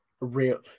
real